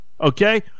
okay